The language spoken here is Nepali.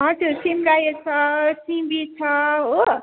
हजुर सिमरायो छ सिमी छ हो